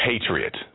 patriot